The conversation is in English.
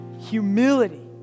humility